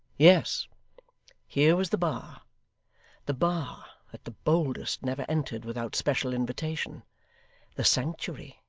yes here was the bar the bar that the boldest never entered without special invitation the sanctuary,